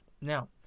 Now